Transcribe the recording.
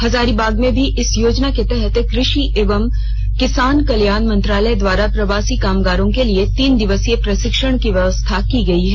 हजारीबाग में भी इस योजना के तहत कृषि एवं किसान कल्याण मंत्रालय द्वारा प्रवासी कामगारों के लिए तीन दिवसीय प्रषिक्षण की व्यवस्था की गयी है